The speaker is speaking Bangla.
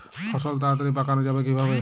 ফসল তাড়াতাড়ি পাকানো যাবে কিভাবে?